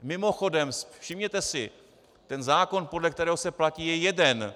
Mimochodem, všimněte si, ten zákon, podle kterého se platí, je jeden.